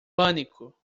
pânico